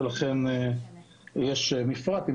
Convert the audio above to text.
יש מפרט.